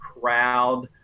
crowd